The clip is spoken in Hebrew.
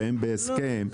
שהן בהסכם,